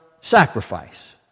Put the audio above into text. sacrifice